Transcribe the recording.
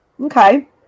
Okay